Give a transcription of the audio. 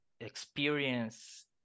experience